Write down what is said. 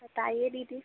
बताइए दीदी